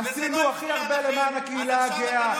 עשינו הכי הרבה למען הקהילה הגאה.